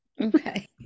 okay